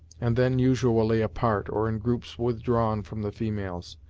and then usually apart, or in groups withdrawn from the females,